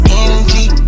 energy